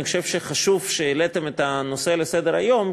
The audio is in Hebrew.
אני חושב שחשוב שהעליתן את הנושא לסדר-היום,